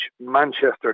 Manchester